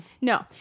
No